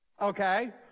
Okay